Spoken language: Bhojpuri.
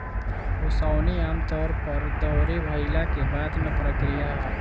ओसवनी आमतौर पर दौरी भईला के बाद के प्रक्रिया ह